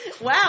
Wow